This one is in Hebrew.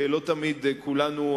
שלא תמיד כולנו,